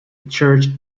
church